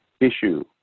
issue